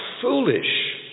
foolish